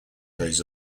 plays